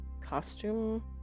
costume